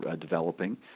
developing